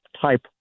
type